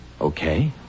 Okay